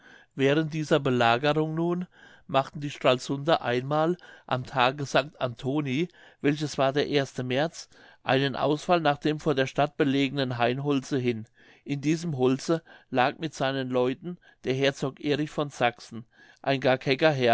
während dieser belagerung nun machten die stralsunder einmal am tage st antoni welches war der erste märz einen ausfall nach dem vor der stadt belegenen hainholze hin in diesem holze lag mit seinen leuten der herzog erich von sachsen ein gar